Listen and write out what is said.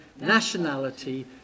nationality